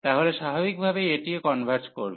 তাহলে স্বাভাবিকভাবেই এটিও কনভার্জ করবে